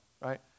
right